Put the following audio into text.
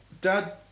Dad